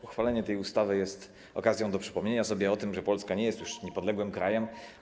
Uchwalenie tej ustawy jest okazją do przypomnienia sobie o tym, że Polska nie jest już niepodległym krajem.